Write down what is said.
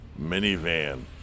minivan